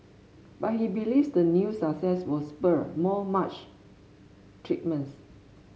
but he believes the new success will spur more much treatments